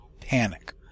panic